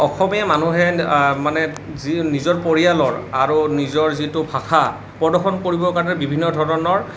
অসমীয়া মানুহে মানে যি নিজৰ পৰিয়ালৰ আৰু নিজৰ যিটো ভাষা প্ৰদৰ্শন কৰিব কাৰণে বিভিন্ন ধৰণৰ